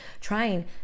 trying